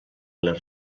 les